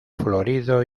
florido